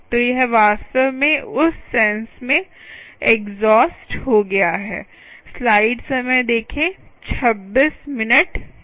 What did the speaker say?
तो यह वास्तव में उस सेंस में एग्जॉस्ट हो गया है